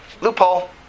Loophole